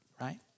right